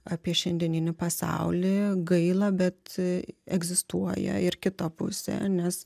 apie šiandieninį pasaulį gaila bet egzistuoja ir kita pusė nes